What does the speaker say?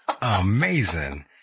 Amazing